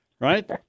right